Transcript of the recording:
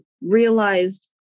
realized